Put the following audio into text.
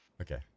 Okay